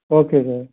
okay sir